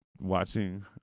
watching